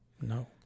No